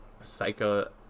psycho